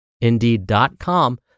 Indeed.com